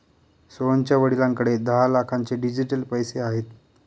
सोहनच्या वडिलांकडे दहा लाखांचे डिजिटल पैसे आहेत